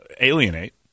alienate